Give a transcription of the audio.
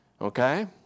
Okay